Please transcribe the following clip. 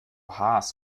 haas